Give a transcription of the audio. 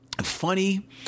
funny